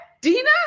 Dina